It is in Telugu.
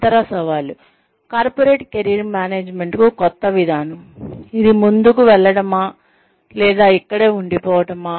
ఇతర సవాళ్లు కార్పొరేట్ కెరీర్ మేనేజ్మెంట్కు కొత్త విధానం ఇది ముందుకు వెళ్లడమా లేదా ఇక్కడే ఉండిపోవటమా